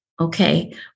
okay